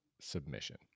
submission